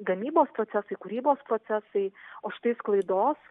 gamybos procesai kūrybos procesai o štai sklaidos